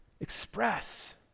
express